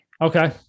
Okay